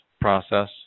process